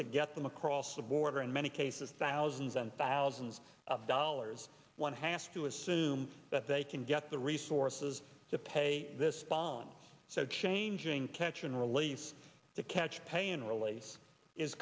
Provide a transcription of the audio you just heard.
to get them across the border in many cases thousands and thousands of dollars one has to assume that they can get the resources to pay this bomb so changing catch and release to catch pain rel